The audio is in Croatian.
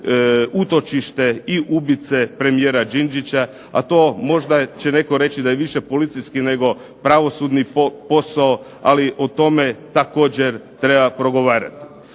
utočište i ubice premijera Đinđića, a to možda će netko reći da je više policijski nego pravosudni posao, ali o tome također treba progovarati.